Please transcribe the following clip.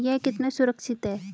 यह कितना सुरक्षित है?